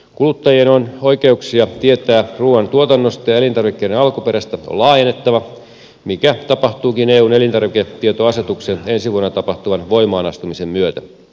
kuluttajien oikeuksia tietää ruuantuotannosta ja elintarvikkeiden alkuperästä on laajennettava mikä tapahtuukin eun elintarviketietoasetuksen ensi vuonna tapahtuvan voimaanastumisen myötä